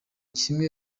kimwe